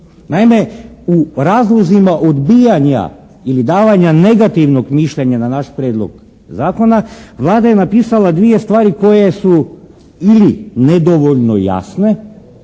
Naime u razlozima odbijanja ili dvanja negativnog mišljenja na naš prijedlog zakona, Vlada je napisala dvije stvari koje su ili nedovoljno jasne